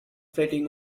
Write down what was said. flirting